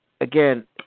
again